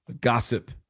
gossip